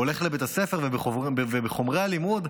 הוא הולך לבית הספר ובחומרי הלימוד,